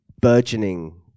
burgeoning